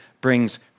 brings